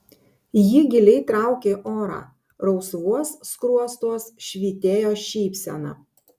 ji giliai traukė orą rausvuos skruostuos švytėjo šypsena